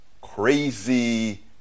crazy